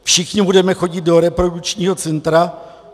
Všichni budeme chodit do reprodukčního centra!